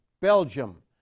Belgium